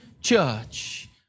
church